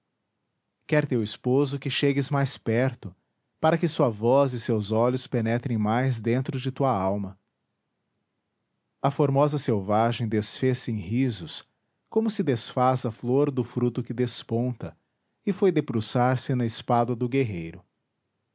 quer teu esposo que chegues mais perto para que sua voz e seus olhos penetrem mais dentro de tua alma a formosa selvagem desfez-se em risos como se desfaz a flor do fruto que desponta e foi debruçar-se na espádua do guerreiro